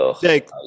Jake